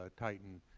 ah tighten